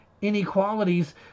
inequalities